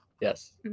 Yes